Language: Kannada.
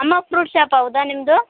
ಅಮ್ಮ ಫ್ರೂಟ್ ಶಾಪ್ ಹೌದಾ ನಿಮ್ಮದು